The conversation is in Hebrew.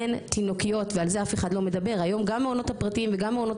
אין תינוקות ועל זה אף אחד לא מדבר היום גם מעונות הפרטיים וגם מעונות